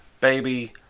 Baby